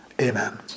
amen